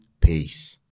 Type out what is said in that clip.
Peace